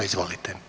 Izvolite.